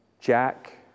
Jack